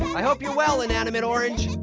i hope you're well, inanimate orange,